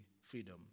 freedom